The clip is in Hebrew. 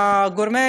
רפורמים,